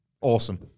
Awesome